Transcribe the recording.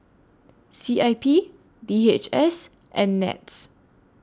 C I P D H S and Nets